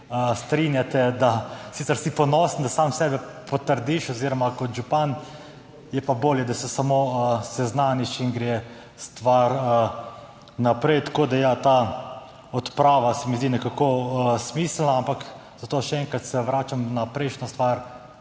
strinjate s tem, da si sicer ponosen, da sam sebe potrdiš kot župana, je pa bolje, da se samo seznaniš in gre stvar naprej. Tako da ja, ta odprava se mi zdi nekako smiselna. Zato še enkrat, se vračam na prejšnjo stvar,